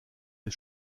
les